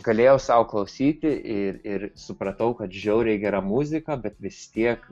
galėjau sau klausyti ir ir supratau kad žiauriai gera muzika bet vis tiek